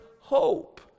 hope